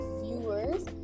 Viewers